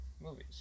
movies